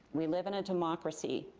we live in a democracy.